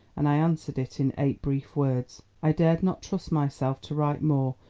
and i answered it in eight brief words. i dared not trust myself to write more,